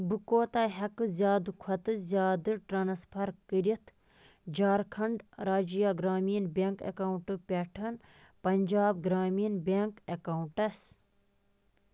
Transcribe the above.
بہٕ کوتاہ ہٮ۪کہٕ زیادٕ کھۅتہٕ زیادٕ ٹرٛانٕسفَر کٔرِتھ جھارکھنٛڈ راجیہ گرٛامیٖن بینٛک ایکاوُنٛٹہٕ پٮ۪ٹھ پنٛجاب گرٛامیٖن بینٛک ایکاوُنٛٹَس